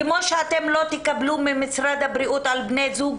כמו שאתם לא תקבלו ממשרד הבריאות על בני זוג,